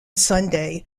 sunday